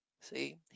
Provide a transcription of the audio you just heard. See